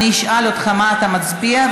אני אשאל אותך מה אתה מצביע,